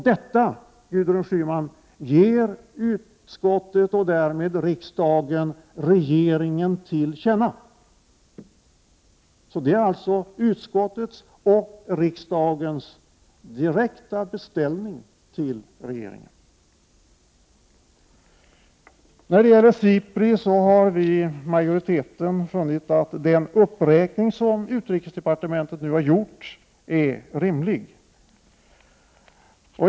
Detta, Gudrun Schyman, ger utskottet och därmed, efter beslut i kammaren, riksdagen regeringen till känna. Det är alltså utskottets och riksdagens direkta beställning till regeringen. När det gäller SIPRI har utskottsmajoriteten funnit att den uppräkning som utrikesdepartementet nu har gjort är rimlig.